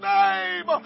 name